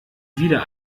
wieder